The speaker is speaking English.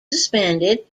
suspended